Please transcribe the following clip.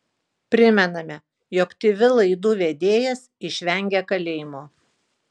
primename jog tv laidų vedėjas išvengė kalėjimo